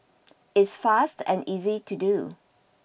it's fast and easy to do